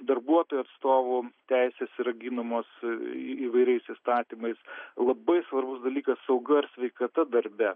darbuotojų atstovų teisės yra ginamos į įvairiais įstatymais labai svarbus dalykas sauga ir sveikata darbe